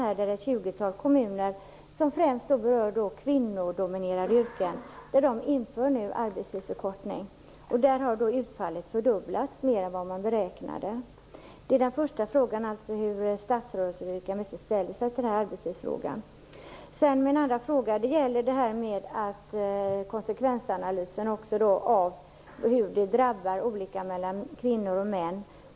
Där har ett tjugotal kommuner infört arbetstidsförkortning, främst i kvinnodominerade yrken. Där har utfallet fördubblats jämfört med vad man beräknade. Det är den första frågan: Hur ställer sig statsrådet Ulrica Messing till arbetstidsfrågan? Min andra fråga gäller en konsekvensanalys av hur olika de sociala nedskärningarna drabbar kvinnor och män.